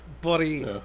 Buddy